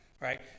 right